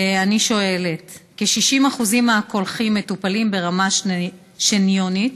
ואני שואלת: כ-60% מהקולחים מטופלים ברמה שניונית.